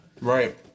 Right